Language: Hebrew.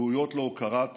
ראויות להוקרת הדורות.